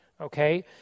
okay